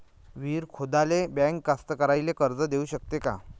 विहीर खोदाले बँक कास्तकाराइले कर्ज देऊ शकते का?